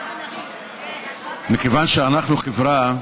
מכיוון שאנחנו חברה,